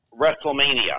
WrestleMania